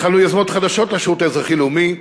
התחלנו יוזמות חדשות לשירות האזרחי-לאומי.